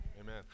amen